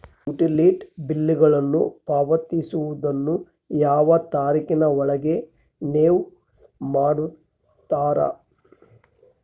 Utility ಬಿಲ್ಲುಗಳನ್ನು ಪಾವತಿಸುವದನ್ನು ಯಾವ ತಾರೇಖಿನ ಒಳಗೆ ನೇವು ಮಾಡುತ್ತೇರಾ?